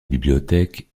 bibliothèque